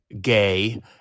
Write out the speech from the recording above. gay